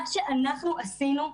מה שאנחנו עשינו,